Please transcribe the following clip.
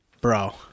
Bro